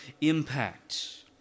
impact